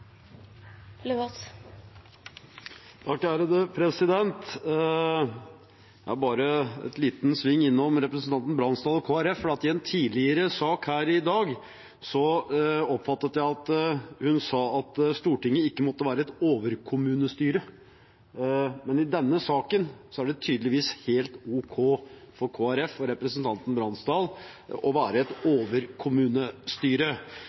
Jeg vil bare en liten sving innom representanten Bransdal og Kristelig Folkeparti. I en tidligere sak i dag oppfattet jeg at hun sa at Stortinget ikke måtte være et overkommunestyre, men i denne saken er det tydeligvis helt ok for Kristelig Folkeparti og representanten Bransdal å være et